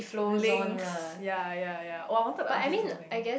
links ya ya ya oh I wanted to ask you something